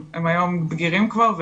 הם היום בגירים כבר,